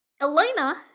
Elena